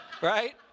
Right